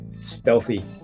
stealthy